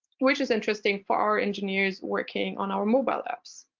which is interesting for our engineers working on our mobile apps.